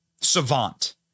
savant